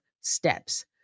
steps